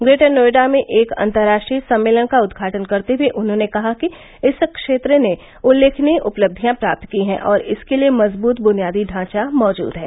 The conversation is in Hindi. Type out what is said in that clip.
ग्रेटर नोएडा में एक अंतर्राष्ट्रीय सम्मेलन का उद्घाटन करते हुए उन्होंने कहा कि इस क्षेत्र ने उल्लेखनीय उपलब्धियां प्राप्त की हैं और इसके लिए मजबूत बुनियादी ढांचा मौजूद है